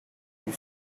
you